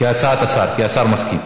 כהצעת השר, כי השר מסכים.